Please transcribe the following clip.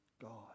God